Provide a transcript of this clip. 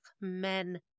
men